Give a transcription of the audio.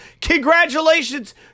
Congratulations